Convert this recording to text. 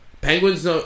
Penguins